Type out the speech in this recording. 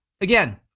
Again